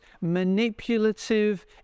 manipulative